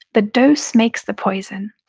the dose makes the poison.